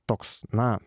toks na